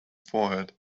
forehead